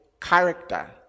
character